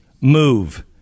move